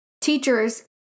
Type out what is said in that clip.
teachers